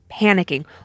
panicking